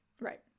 Right